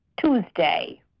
Tuesday